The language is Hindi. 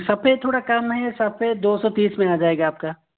सफ़ेद थोड़ा कम है सफ़ेद दो सौ तीस में आ जाएगा आप को